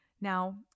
now